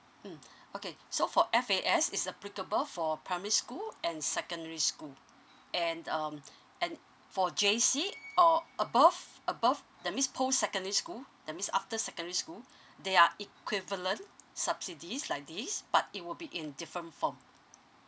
mm okay so for F_A_S is applicable for primary school and secondary school and um and for J_C or above above that means post secondary school that means after secondary school they are equivalent subsidies like this but it will be in different form